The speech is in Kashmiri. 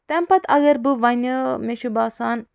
تَمہِ پَتہٕ اگر بہٕ وَنہِ مےٚ چھُ باسان